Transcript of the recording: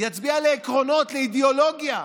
יצביע לעקרונות, לאידיאולוגיה.